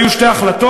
היו שתי החלטות,